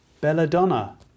Belladonna